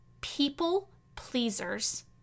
People-pleasers